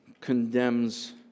condemns